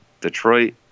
Detroit